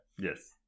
yes